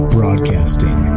Broadcasting